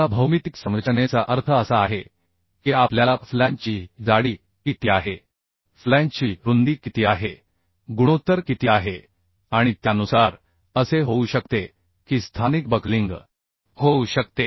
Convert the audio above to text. आता भौमितिक संरचनेचा अर्थ असा आहे की आपल्याला फ्लॅंजची जाडी किती आहे फ्लॅंजची रुंदी किती आहे गुणोत्तर किती आहे आणि त्यानुसार असे होऊ शकते की स्थानिक बकलिंग होऊ शकते